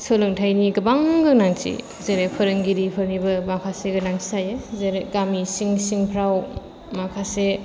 सोलोंथाइनि गोबां गोनांथि जेरै फोरोंगिरि फोरनिबो गोनांथि जायो गामि सिं सिंफ्राव माखासे